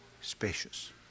spacious